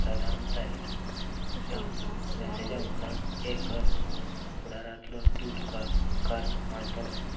प्रधानताय ह्या मेसेजा उपरांत तें कर फुडारांतलो तूं तुका उपकार मानतलो